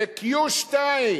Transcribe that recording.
ב-2Q,